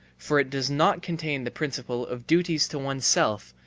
for it does not contain the principle of duties to oneself,